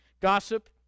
gossip